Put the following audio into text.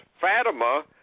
fatima